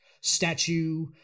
statue